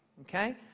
Okay